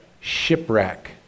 Shipwreck